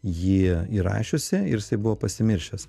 jį įrašiusi ir jisai buvo pasimiršęs